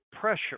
pressure